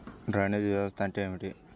Drainage వ్యవస్థ అంటే ఏమిటి?